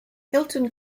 hilton